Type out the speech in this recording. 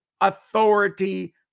authority